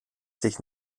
dich